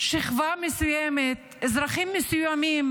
שכבה מסוימת ואזרחים מסוימים.